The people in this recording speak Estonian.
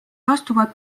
astuvad